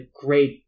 great